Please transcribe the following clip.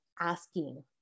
asking